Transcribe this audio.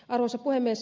arvoisa puhemies